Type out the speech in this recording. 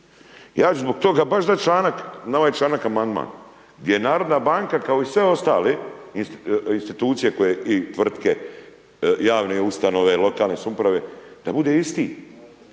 Ja ću zbog toga baš dati članak, na ovaj članak amandman. Gdje narodna banka kao i sve ostale institucije koje i tvrtke, javne ustanove, lokalne su uprave, da bude isti.